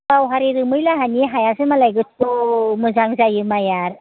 दावहारि रोमै लाहानि हायासो मालाय गोथौ मोजां जायो माइआ